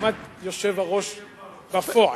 לעומת היושב-ראש בפועל.